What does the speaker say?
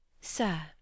Sir